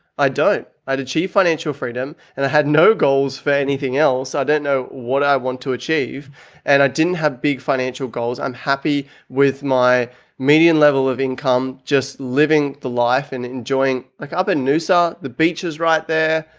i don't. i'd achieve financial freedom and i had no goals for anything else. i don't know what i want to achieve and i didn't have big financial goals. i'm happy with my median level of income just living the life and enjoying like other noosa, the beaches right there.